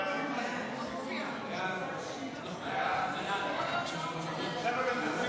ההצעה להעביר את הצעת חוק להסדר ההימורים בספורט (תיקון מס'